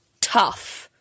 tough